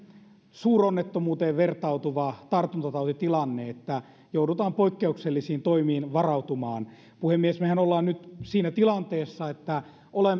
suuronnettomuuteen vertautuva tartuntatautitilanne että joudutaan poikkeuksellisiin toimiin varautumaan puhemies mehän olemme nyt siinä tilanteessa että